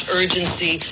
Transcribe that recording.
urgency